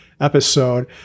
episode